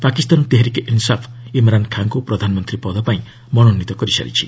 ପାକିସ୍ତାନ ଡେହେରିକେ ଇନ୍ସାଫ୍ ଇମ୍ରାନ୍ ଖାଁଙ୍କୁ ପ୍ରଧାନମନ୍ତ୍ରୀ ପଦପାଇଁ ମନୋନୀତ କରିସାରିଛି